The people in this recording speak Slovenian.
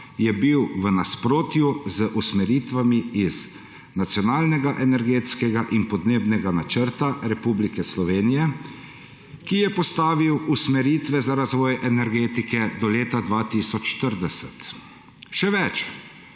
je bil v nasprotju z usmeritvami iz Nacionalnega energetskega in podnebnega načrta Republike Slovenije, ki je postavil usmeritve za razvoj energetike do leta 2040. Še več,